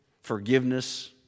forgiveness